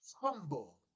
humble